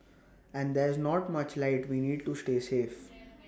and there's not much light we need to stay safe